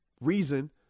reason